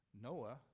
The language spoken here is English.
Noah